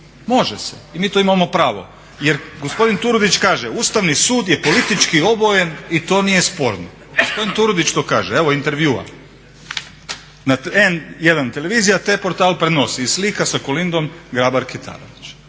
Može se i mi to imamo pravo jer gospodin Turudić kaže "Ustavni sud je politički obojen i to nije sporno", gospodin Turudić to kaže, evo intervjua. Na N1 televizija t-portal prenosi i slika sa KOlindom Grabar Kitarović